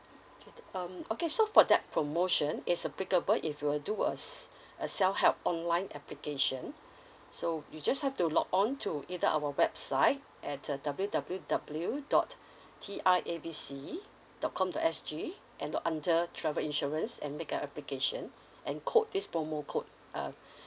um okay so for that promotion is applicable if you will do a s~ a self help online application so you just have to log on to either our website at uh W W W dot T I A B C dot com dot S G and log under travel insurance and make a application and code this promo~ code um